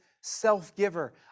self-giver